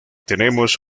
tenemos